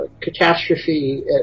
catastrophe